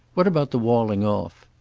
what about the walling off?